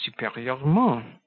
supérieurement